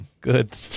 Good